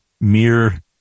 mere